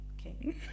okay